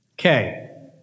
Okay